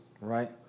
Right